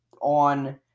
on